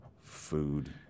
food